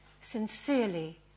sincerely